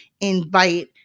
invite